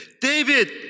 David